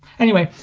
anyway,